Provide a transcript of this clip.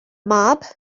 mab